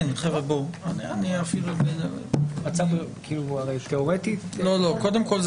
קודם כול,